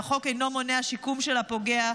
שהחוק אינו מונע שיקום של הפוגע.